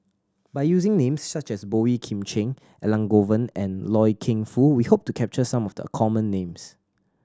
by using names such as Boey Kim Cheng Elangovan and Loy Keng Foo we hope to capture some of the common names